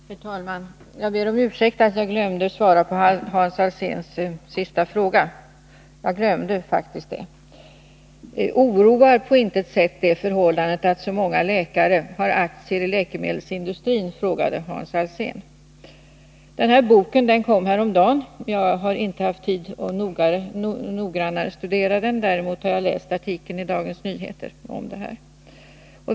Herr talman! Jag ber om ursäkt för att jag glömde svara på Hans Alséns sista fråga — jag glömde faktiskt detta. Hans Alsén frågade om det förhållandet att så många läkare har aktier i läkemedelsindustrin inte oroar. Den här boken kom häromdagen, och jag har inte haft tid att noggrannare studera den. Däremot har jag läst artikeln i Dagens Nyheter.